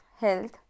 health